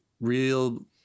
real